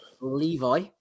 Levi